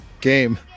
Game